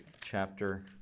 chapter